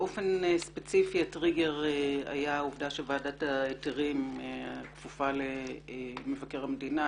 באופן ספציפי הטריגר היה העובדה שוועדת ההיתרים הכפופה למבקר המדינה,